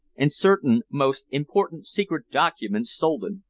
and certain most important secret documents stolen.